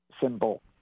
symbol